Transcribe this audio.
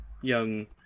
Young